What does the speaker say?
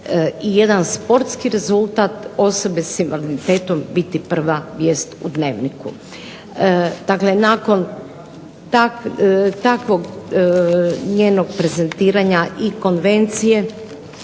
i jedan sportski rezultat osobe sa invaliditetom biti prva vijest u Dnevniku. Dakle, nakon takvog njenog prezentiranja i konvencije